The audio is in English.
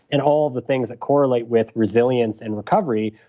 and all of the things that correlate with resilience and recovery,